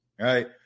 Right